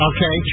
Okay